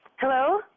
Hello